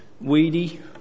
weedy